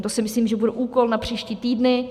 To si myslím, že bude úkol na příští týdny.